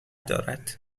دارد